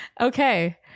Okay